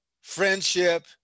friendship